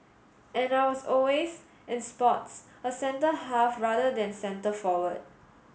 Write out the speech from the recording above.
and I was always in sports a centre half rather than centre forward